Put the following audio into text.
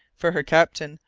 for her captain,